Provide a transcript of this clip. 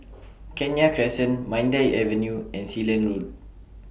Kenya Crescent Mandai Avenue and Sealand Road